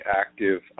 active